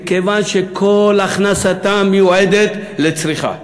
מכיוון שכל הכנסתן מיועדת לצריכה.